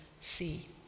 see